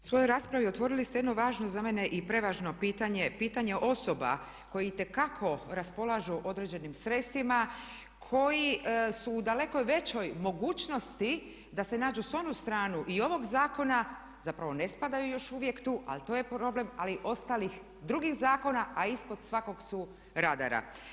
U svojoj raspravi otvorili ste jedno važno za mene i prevažno pitanje, pitanje osoba koje itekako raspolažu određenim sredstvima koji su u daleko većoj mogućnosti da se nađu s one strane i ovog zakona, zapravo ne spadaju još uvijek tu, ali i to je problem, ali i ostalih drugih zakona a ispod svakog su radara.